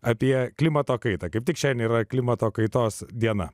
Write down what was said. apie klimato kaita kaip tik šiandien yra klimato kaitos diena